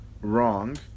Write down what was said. wrong